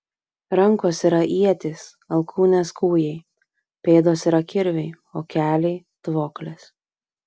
rankos yra ietys alkūnės kūjai pėdos yra kirviai o keliai tvoklės